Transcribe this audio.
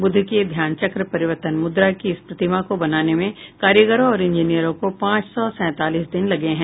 बुद्ध की ध्यान चक्र परिवर्तन मुद्रा की इस प्रतिमा को बनाने में कारीगरों और इंजीनियरों को पांच सौ सैंतालीस दिन लगे हैं